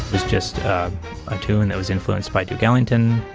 it's just a tune that was influenced by duke ellington.